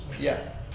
Yes